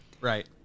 right